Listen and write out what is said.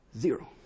Zero